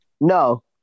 No